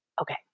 okay